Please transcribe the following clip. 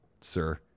sir